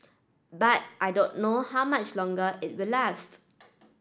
but I don't know how much longer it will last